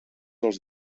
els